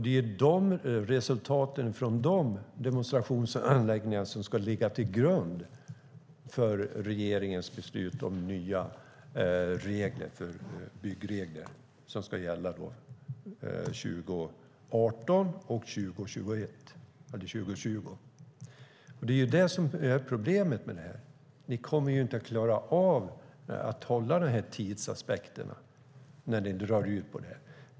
Det är resultaten från de demonstrationsanläggningarna som ska ligga till grund för regeringens beslut om nya byggregler som ska gälla 2018 och 2020. Det är det som är problemet med det här. Ni kommer inte att klara av att hålla tidsaspekterna när ni drar ut på det här.